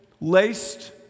laced